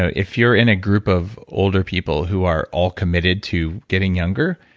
if you're in a group of older people who are all committed to getting younger,